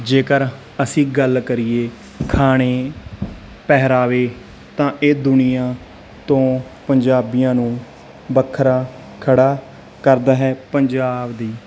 ਜੇਕਰ ਅਸੀਂ ਗੱਲ ਕਰੀਏ ਖਾਣੇ ਪਹਿਰਾਵੇ ਤਾਂ ਇਹ ਦੁਨੀਆਂ ਤੋਂ ਪੰਜਾਬੀਆਂ ਨੂੰ ਵੱਖਰਾ ਖੜ੍ਹਾ ਕਰਦਾ ਹੈ ਪੰਜਾਬ ਦੀ